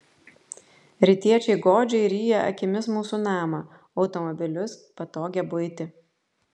rytiečiai godžiai ryja akimis mūsų namą automobilius patogią buitį